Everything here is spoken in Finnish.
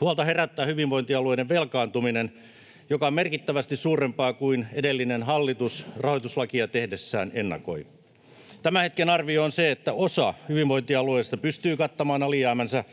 Huolta herättää hyvinvointialueiden velkaantuminen, joka on merkittävästi suurempaa kuin edellinen hallitus rahoituslakia tehdessään ennakoi. Tämän hetken arvio on se, että osa hyvinvointialueista pystyy kattamaan alijäämänsä